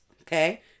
okay